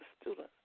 student